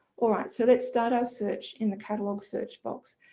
alright so let's start our search in the catalogue search box.